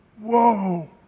whoa